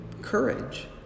Courage